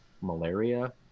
malaria